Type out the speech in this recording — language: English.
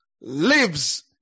lives